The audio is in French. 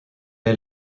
est